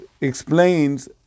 explains